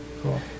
Cool